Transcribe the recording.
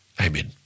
Amen